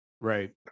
Right